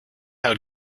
how